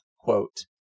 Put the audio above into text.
quote